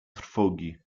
trwogi